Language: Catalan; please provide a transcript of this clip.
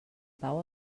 pau